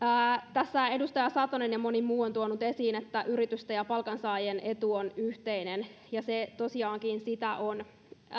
tässä edustaja satonen ja moni muu on tuonut esiin että yritysten ja palkansaajien etu on yhteinen ja se tosiaankin sitä on